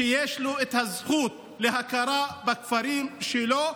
ויש לו את הזכות להכרה בכפרים שלו,